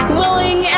willing